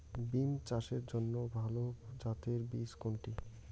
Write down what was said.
বিম চাষের জন্য ভালো জাতের বীজ কোনটি?